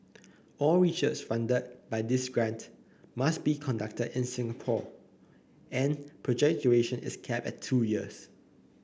all research funded by this grant must be conducted in Singapore and project duration is capped at two years